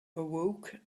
awoke